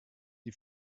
die